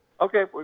Okay